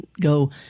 go